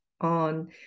on